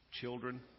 children